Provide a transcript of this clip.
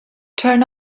turn